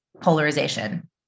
polarization